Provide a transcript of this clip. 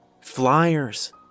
Flyers